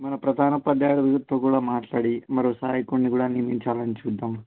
మన ప్రధాన ఉపాధ్యాయుడు గారితో కూడా మాట్లాడి మరో సహాయకుడిని కూడా నియమించాలని చూద్దాం